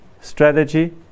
strategy